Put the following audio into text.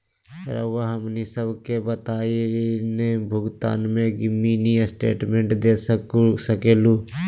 रहुआ हमनी सबके बताइं ऋण भुगतान में मिनी स्टेटमेंट दे सकेलू?